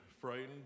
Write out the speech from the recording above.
frightened